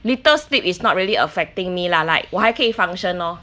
little sleep is not really affecting me lah like 我还可以 function lor